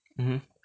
mmhmm